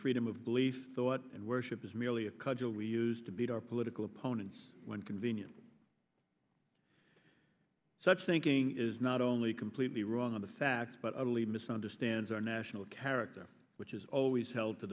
freedom of belief thought and worship is merely a cudgel we used to beat our political opponents when convenient such thinking is not only completely wrong on the facts but i believe misunderstands our national character which is always held to